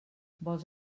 vols